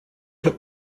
took